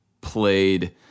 played